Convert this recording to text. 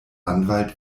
anwalt